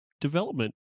development